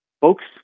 Folks